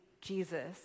Jesus